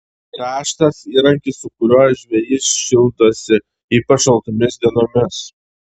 grąžtas įrankis su kuriuo žvejys šildosi ypač šaltomis dienomis